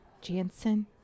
Jansen